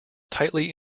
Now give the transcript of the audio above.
tightly